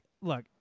look